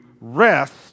rest